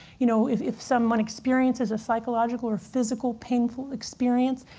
you know, if if someone experiences a psychological or physical painful experience,